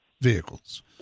vehicles